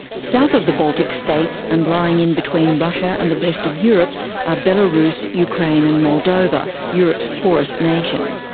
south of the baltic states and lying in between russia and the rest of europe are belarus, ukraine and moldova, europe's poorest nation.